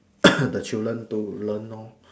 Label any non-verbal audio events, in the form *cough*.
*coughs* the children to learn loh